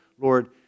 Lord